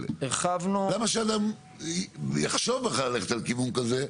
למה שאדם יחשוב בכלל ללכת על כיוון כזה,